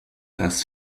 das